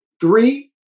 Three